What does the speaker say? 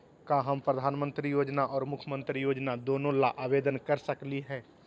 का हम प्रधानमंत्री योजना और मुख्यमंत्री योजना दोनों ला आवेदन कर सकली हई?